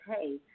hey